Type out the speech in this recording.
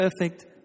perfect